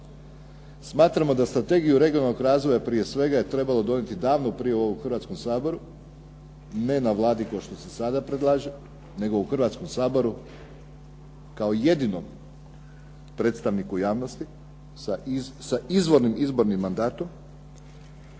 smatramo da strategiju regionalnog razvoja prije svega je trebalo donijeti davno prije u ovom Hrvatskom saboru, ne na Vladi kao što se sada predlaže, nego u Hrvatskom saboru kao jedinom predstavniku javnosti sa izvornim izbornim mandatom.